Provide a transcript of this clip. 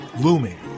looming